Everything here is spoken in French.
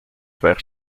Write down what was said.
vers